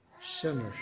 sinners